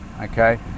okay